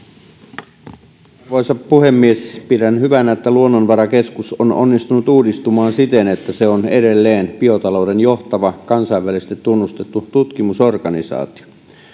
arvoisa puhemies pidän hyvänä että luonnonvarakeskus on onnistunut uudistumaan siten että se on edelleen biotalouden johtava kansainvälisesti tunnustettu tutkimusorganisaatio